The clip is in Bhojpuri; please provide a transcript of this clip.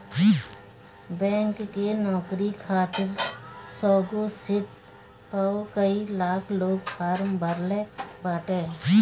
बैंक के नोकरी खातिर सौगो सिट पअ कई लाख लोग फार्म भरले बाटे